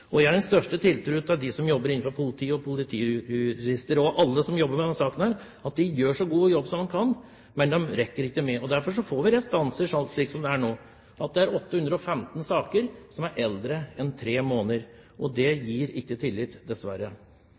Jeg har den største tiltro til at de som jobber innenfor politiet, både politijurister og alle som jobber med dette, gjør en så god jobb som de kan, men de rekker ikke med det. Derfor får vi restanser slik det er nå på 815 saker som er eldre enn tre måneder. Det gir ikke tillit, dessverre.